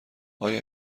آیا